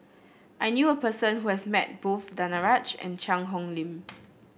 I knew a person who has met both Danaraj and Cheang Hong Lim